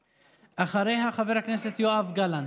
אחריה, חבר הכנסת יואב גלנט.